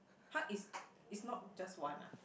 !huh! it's it's not just one ah